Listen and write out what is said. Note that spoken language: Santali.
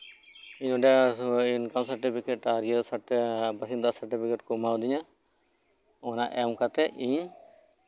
ᱤᱧ ᱚᱸᱰᱮ ᱤᱱᱠᱟᱢ ᱥᱟᱨᱴᱤᱯᱷᱤᱠᱮᱴ ᱟᱨ ᱵᱟᱥᱤᱱᱫᱟ ᱥᱟᱨᱴᱚᱯᱷᱤᱠᱮᱴ ᱠᱚ ᱮᱢᱟ ᱫᱤᱧᱟ ᱚᱱᱟ ᱮᱢ ᱠᱟᱛᱮᱫ ᱤᱧ